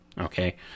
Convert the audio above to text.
okay